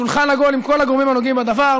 שולחן עגול עם כל הגורמים הנוגעים בדבר,